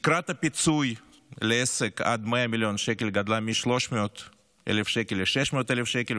תקרת הפיצוי לעסק עד 100 מיליון שקל גדלה מ-300,000 שקל ל-600,000 שקל,